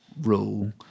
rule